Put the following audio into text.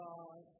God